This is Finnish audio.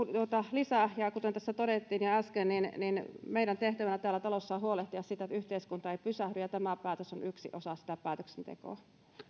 lisä ja kuten tässä todettiin jo äsken meidän tehtävänämme täällä talossa on huolehtia siitä että yhteiskunta ei pysähdy ja tämä päätös on yksi osa sitä päätöksentekoa